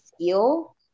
skill